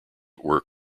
were